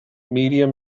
medium